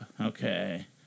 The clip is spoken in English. Okay